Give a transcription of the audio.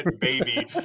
baby